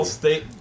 state